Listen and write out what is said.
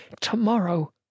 tomorrow